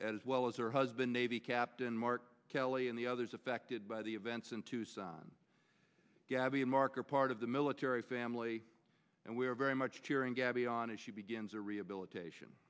as well as her husband navy captain mark kelly and the others affected by the events in tucson gabby and mark are part of the military family and we are very much cheering gabby on as she begins a rehabilitation